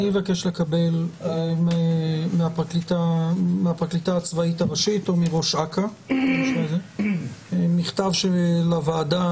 אני מבקש לקבל מהפרקליטה הצבאית הראשית או מראש אכ"א מכתב לוועדה